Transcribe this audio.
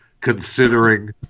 considering